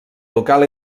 local